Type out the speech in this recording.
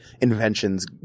inventions